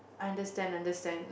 I understand I understand